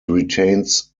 retains